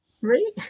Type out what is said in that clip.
Right